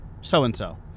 so-and-so